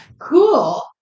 Cool